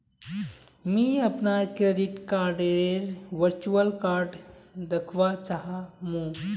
मी अपनार क्रेडिट कार्डडेर वर्चुअल कार्ड दखवा चाह मु